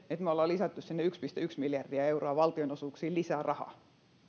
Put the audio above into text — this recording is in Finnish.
että me olemme lisänneet sinne yksi pilkku yksi miljardia euroa valtionosuuksiin lisää rahaa